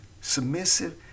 submissive